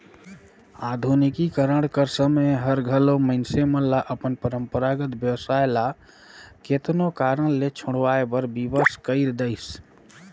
आधुनिकीकरन कर समें हर घलो मइनसे मन ल अपन परंपरागत बेवसाय ल केतनो कारन ले छोंड़वाए बर बिबस कइर देहिस